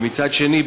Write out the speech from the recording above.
ומצד שני,